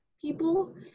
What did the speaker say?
people